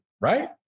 right